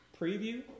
preview